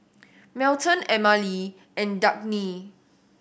Melton Emmalee and Dagny